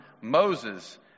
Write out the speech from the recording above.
Moses